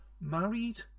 married